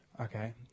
Okay